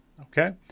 Okay